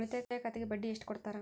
ಉಳಿತಾಯ ಖಾತೆಗೆ ಬಡ್ಡಿ ಎಷ್ಟು ಕೊಡ್ತಾರ?